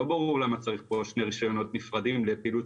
לא ברור למה צריך פה שני רישיונות נפרדים לפעילות